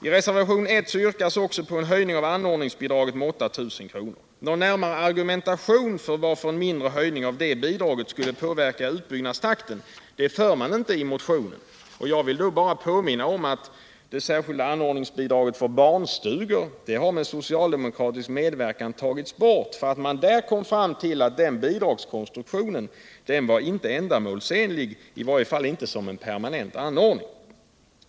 I reservation 1 yrkas också på en höjning av anordningsbidraget med 8 000 kr. Någon närmare argumentation för varför en mindre höjning av det bidraget skulle påverka utbyggnadstakten för man inte i motionen, och jag vill då bara påminna om att det särskilda anordningsbidraget för barnstugor med socialdemokratisk medverkan har tagits bort, därför att man i det fallet kom fram till att denna bidragskonstruktion inte var ändamålsenlig, i varje fall inte som en permanent anordning.